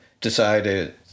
decided